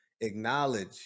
acknowledge